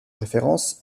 références